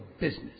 business